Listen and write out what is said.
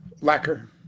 Lacquer